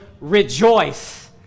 rejoice